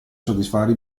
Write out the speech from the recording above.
soddisfare